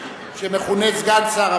שמכונה סגן שר,